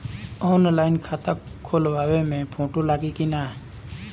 Online खाता खोलबाबे मे फोटो लागि कि ना?